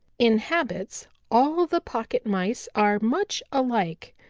in habits all the pocket mice are much alike.